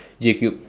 J cube